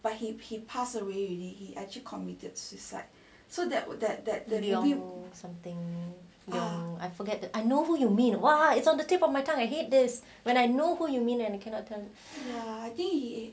ya I forget I know who you mean why it's on the tip of my tongue I hate this when I know who you mean and you cannot turn I think